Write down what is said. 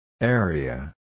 Area